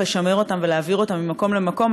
לשמר אותם ולהעביר אותם ממקום למקום,